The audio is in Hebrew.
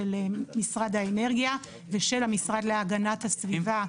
של משרד האנרגיה ושל המשרד להגנת הסביבה.